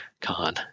con